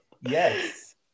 Yes